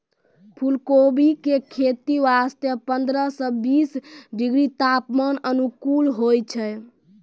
फुलकोबी के खेती वास्तॅ पंद्रह सॅ बीस डिग्री तापमान अनुकूल होय छै